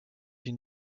une